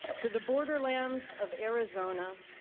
to the border lands of arizona,